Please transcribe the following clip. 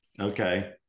Okay